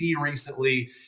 recently